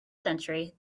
century